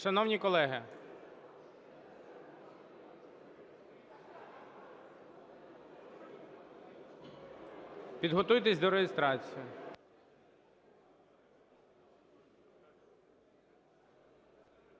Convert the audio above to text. Шановні колеги, підготуйтесь до реєстрації.